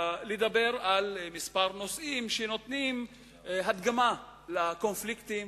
לדבר על כמה נושאים שנותנים הדגמה לקונפליקטים